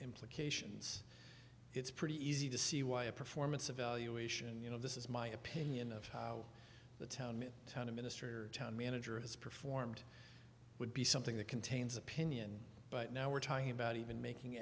implications it's pretty easy to see why a performance evaluation you know this is my opinion of how the town town administrator town manager has performed would be something that contains opinion but now we're talking about even making